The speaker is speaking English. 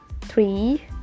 three